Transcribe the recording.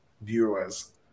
viewers